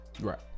Right